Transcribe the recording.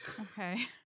Okay